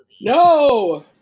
No